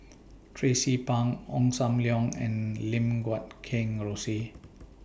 Tracie Pang Ong SAM Leong and Lim Guat Kheng Rosie